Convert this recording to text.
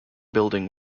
building